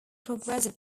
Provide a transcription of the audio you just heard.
progressive